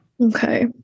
Okay